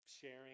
Sharing